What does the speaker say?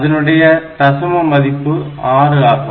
அதனுடைய தசம மதிப்பு 6 ஆகும்